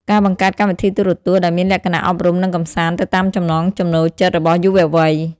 ការបង្កើតកម្មវិធីទូរទស្សន៍ដែលមានលក្ខណៈអប់រំនិងកម្សាន្តទៅតាមចំណង់ចំណូលចិត្តរបស់យុវវ័យ។